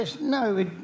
no